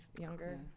younger